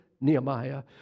Nehemiah